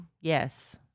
yes